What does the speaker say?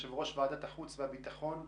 יושב-ראש ועדת החוץ והביטחון דאז,